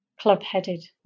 club-headed